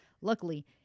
luckily